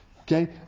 Okay